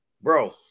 bro